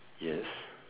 yes